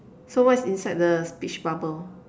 so what's inside the speech bubble